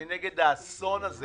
אני נגד האסון הזה